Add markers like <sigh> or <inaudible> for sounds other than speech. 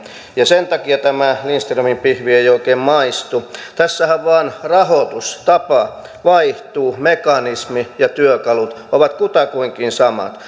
sen takia tämä lindströmin pihvi ei ei oikein maistu tässähän vain rahoitustapa vaihtuu mekanismi ja työkalut ovat kutakuinkin samat <unintelligible>